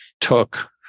took